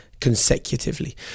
consecutively